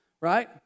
right